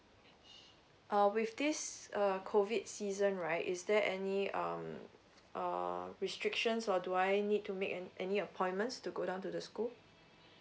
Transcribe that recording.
uh with this err COVID season right is there any um uh restrictions or do I need to make an any appointments to go down to the school